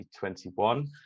2021